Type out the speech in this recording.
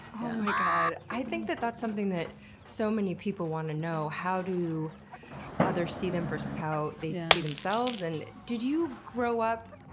oh my god! i think that that's something that so many people want to know, how do others see them versus how they see themselves and. did you grow up,